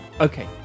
Okay